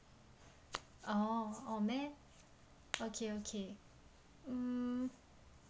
oh oh man okay okay mm